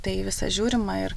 tai visa žiūrima ir